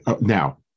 Now